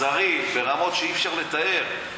אכזרי ברמות שאי-אפשר לתאר,